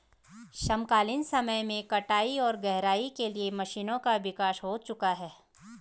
समकालीन समय में कटाई और गहराई के लिए मशीनों का विकास हो चुका है